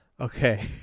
okay